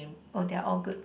or their all good